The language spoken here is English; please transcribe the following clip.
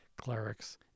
clerics